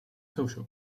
social